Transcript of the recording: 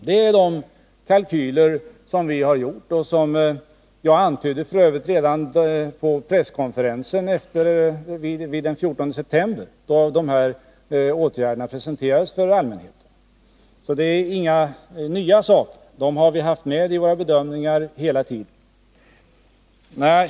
Det är de kalkyler som vi har gjort och som jag f. ö. antydde redan på presskonferensen den 14 september, då de här åtgärderna presenterades för allmänheten. Det är alltså inga nya saker. Dem har vi haft med i våra bedömningar hela tiden.